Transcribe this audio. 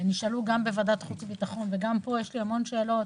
נשאלו גם בוועדת חוץ וביטחון וגם פה יש לי המון שאלות